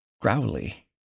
growly